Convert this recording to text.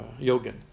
Yogan